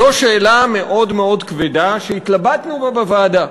זו שאלה מאוד מאוד כבדה, שהתלבטנו בה בוועדה.